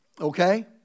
okay